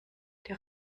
der